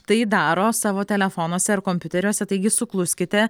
tai daro savo telefonuose ar kompiuteriuose taigi sukluskite